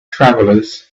travelers